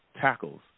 tackles